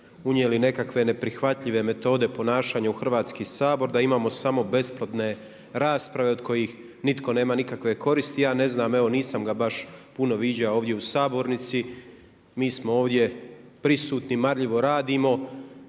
unijeli nekakve neprihvatljive metode ponašanja u Hrvatski sabor, da imamo samo besplodne rasprave od kojih nitko nema nikakve koristi. Ja ne znam, evo nisam ga baš puno viđao ovdje u sabornici. Mi smo ovdje prisutni, marljivo radimo,